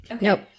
Nope